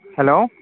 hello